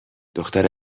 دختر